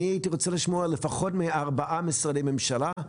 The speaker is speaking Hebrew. אני הייתי רוצה לשמוע לפחות מארבעה משרדי ממשלה: